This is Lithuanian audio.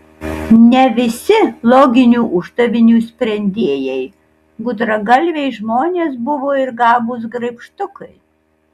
ne visi loginių uždavinių sprendėjai gudragalviai žmonės buvo ir gabūs graibštukai